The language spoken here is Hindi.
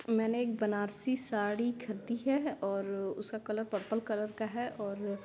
मैंने एक बनारसी साड़ी खरीदी है और उसका कलर पर्पल कलर का है और